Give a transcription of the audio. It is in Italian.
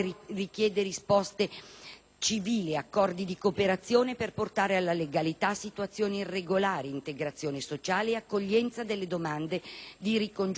civili, accordi di cooperazione per portare alla legalità situazioni irregolari, integrazione sociale e accoglienza delle domande di ricongiunzione familiare.